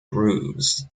grooves